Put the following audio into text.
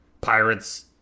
pirates